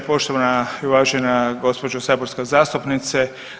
Poštovana i uvažena gospođo saborska zastupnice.